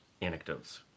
anecdotes